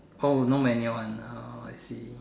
oh no manual one oh I see